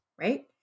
right